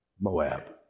Moab